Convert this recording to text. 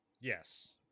Yes